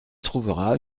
trouveras